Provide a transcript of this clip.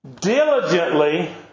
diligently